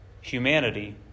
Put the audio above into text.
humanity